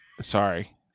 Sorry